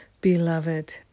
Beloved